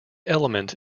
element